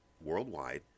worldwide